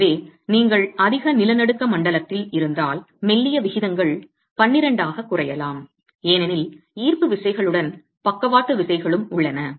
எனவே நீங்கள் அதிக நிலநடுக்க மண்டலத்தில் இருந்தால் மெல்லிய விகிதங்கள் 12 ஆகக் குறையலாம் ஏனெனில் ஈர்ப்பு விசைகளுடன் பக்கவாட்டு விசைகளும் உள்ளன